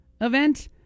event